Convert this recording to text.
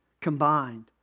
combined